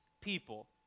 people